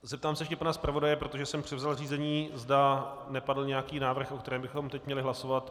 Zeptám se ještě pana zpravodaje, protože jsem převzal řízení, zda nepadl nějaký návrh, o kterém bychom teď měli hlasovat.